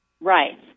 right